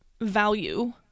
value